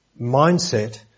mindset